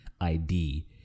ID